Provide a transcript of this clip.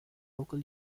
local